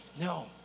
No